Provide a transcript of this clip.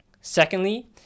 Secondly